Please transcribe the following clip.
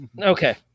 Okay